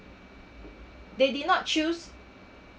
they did not choose